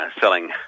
selling